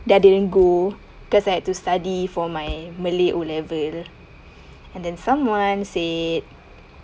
that didn't go because I had to study for my malay O level and then someone said